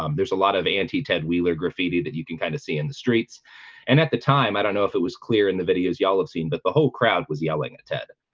um there's a lot of anti-ted wheeler graffiti that you can kind of see in the streets and at the time i don't know if it was clear in the videos y'all have seen but the whole crowd was yelling at ted.